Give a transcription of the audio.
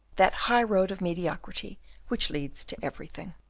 that high road of mediocrity which leads to everything.